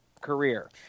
career